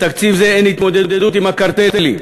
בתקציב זה אין התמודדות עם הריכוזיות במשק,